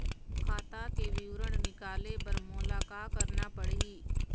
खाता के विवरण निकाले बर मोला का करना पड़ही?